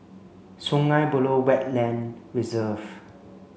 Sungei Buloh Wetland Reserve